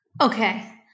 Okay